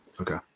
Okay